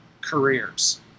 careers